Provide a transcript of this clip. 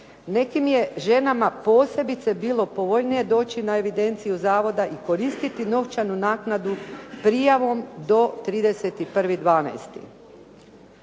nekim je ženama posebice bilo povoljnije doći na evidenciju zavoda i koristiti novčanu naknadu prijavom do 31.12.